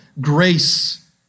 grace